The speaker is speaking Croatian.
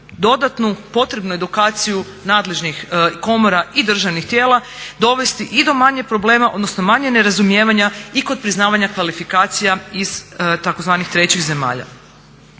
dodatnu potrebnu edukaciju nadležnih komora i državnih tijela dovesti i do manje problema, odnosno manje nerazumijevanja i kod priznavanja kvalifikacija iz tzv. trećih zemalja.